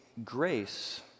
Grace